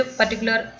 particular